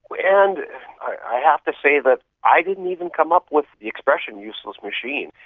and i have to say that i didn't even come up with the expression, useless machine,